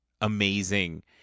amazing